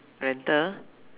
rental